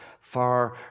far